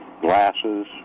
glasses